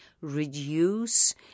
reduce